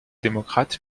démocrates